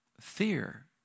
fear